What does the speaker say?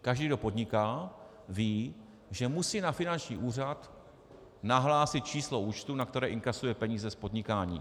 Každý, kdo podniká, ví, že musí na finanční úřad nahlásit číslo účtu, na které inkasuje peníze z podnikání.